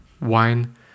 wine